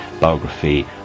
biography